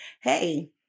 hey